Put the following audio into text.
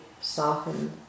soften